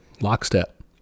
lockstep